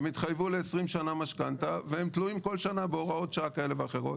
הם התחייבו ל-20 שנה משכנתא והם תלויים כל שנה בהוראות שעה כאלה ואחרות.